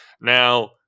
Now